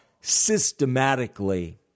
systematically